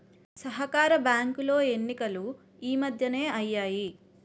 సహకార బ్యాంకులో ఎన్నికలు ఈ మధ్యనే అయ్యాయి